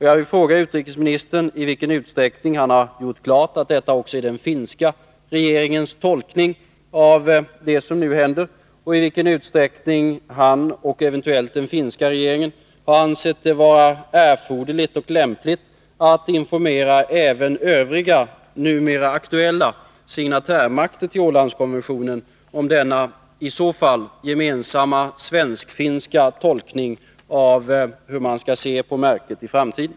Jag vill fråga utrikesministern i vilken utsträckning han har klargjort att detta också är den finska regeringens tolkning av vad som nu händer, i vilken utsträckning han och eventuellt den finska regeringen har ansett det vara erforderligt och lämpligt att informera även övriga, numera aktuella signatärmakter till Ålandskonventionen om denna i så fall gemensamma svensk-finska tolkning och hur man skall se på Märket i framtiden.